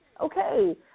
Okay